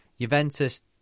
Juventus